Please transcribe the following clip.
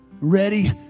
ready